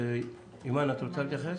אימאן, את רוצה להתייחס?